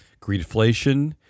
greedflation